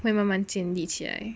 会慢慢建立起来